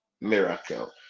miracle